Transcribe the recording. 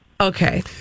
Okay